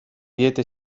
diete